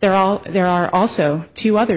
there are all there are also two other